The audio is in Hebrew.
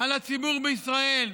על הציבור בישראל,